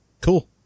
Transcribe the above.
Cool